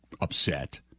upset